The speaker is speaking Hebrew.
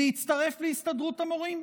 להצטרף להסתדרות המורים.